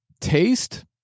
taste